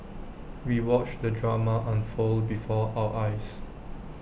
we watched the drama unfold before our eyes